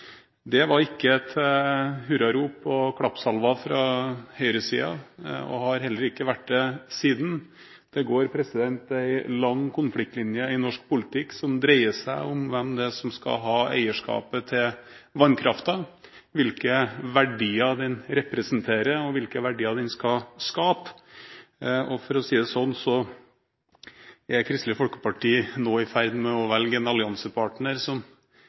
Det var ikke etter hurrarop og klappsalver fra høyresiden, og har heller ikke vært det siden. Det går en lang konfliktlinje i norsk politikk som dreier seg om hvem det er som skal ha eierskapet til vannkraften, hvilke verdier den representerer, og hvilke verdier den skal skape, og Kristelig Folkeparti er, for å si det slik, nå i ferd med å velge en alliansepartner som